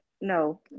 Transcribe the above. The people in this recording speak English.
No